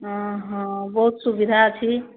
ହଁ ହଁ ବହୁତ ସୁବିଧା ଅଛି